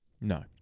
no